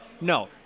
No